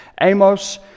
Amos